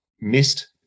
missed